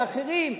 ואחרים,